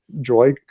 joy